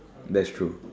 that's true